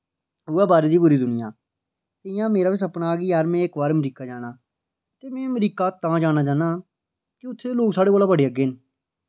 उ'ऐ बाह्रै दी पूरी दुनिया इ'यां मेरा बी सपना कि यार में इक बार अमरीका जाना ते में अमरीका तां जाना चाह्न्नां कि उत्थै दे लोक साढ़े कोला बड़े अग्गें न